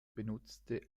benutzte